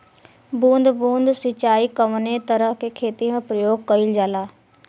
बूंद बूंद सिंचाई कवने तरह के खेती में प्रयोग कइलजाला?